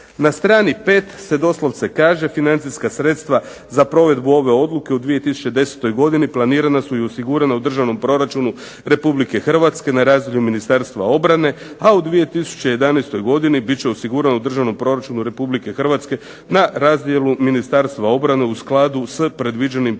Na strani 5. se doslovce kaže financijska sredstva za provedbu ove odluke u 2010. godini planirana su i osigurana u državnom proračunu Republike Hrvatske na razini Ministarstva obrane a u 2011. godini biti će osigurano u državnom proračunu Republike Hrvatske na razdjelu Ministarstva obrane u skladu sa predviđenim projekcijama